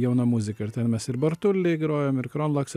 jauna muzika ir ten mes ir bartulį grojom ir kromlaksą